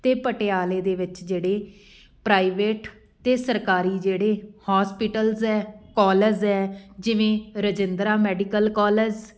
ਅਤੇ ਪਟਿਆਲੇ ਦੇ ਵਿੱਚ ਜਿਹੜੇ ਪ੍ਰਾਈਵੇਟ ਅਤੇ ਸਰਕਾਰੀ ਜਿਹੜੇ ਹੋਸਪਿਟਲਜ਼ ਹੈ ਕੋਲਜ਼ ਹੈ ਜਿਵੇਂ ਰਜਿੰਦਰਾ ਮੈਡੀਕਲ ਕੋਲਜ਼